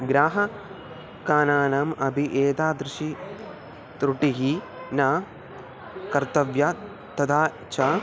ग्राहकानाम् अपि एतादृशी त्रुटिः न कर्तव्या तथा च